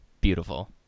Beautiful